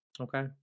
okay